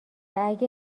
اگه